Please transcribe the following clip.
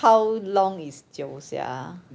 how long is 久 sia